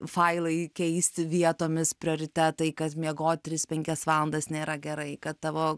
failai keisti vietomis prioritetai kad miegot tris penkias valandas nėra gerai kad tavo